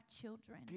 children